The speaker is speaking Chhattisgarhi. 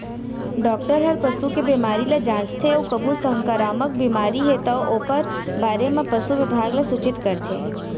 डॉक्टर हर पसू के बेमारी ल जांचथे अउ कभू संकरामक बेमारी हे तौ ओकर बारे म पसु बिभाग ल सूचित करथे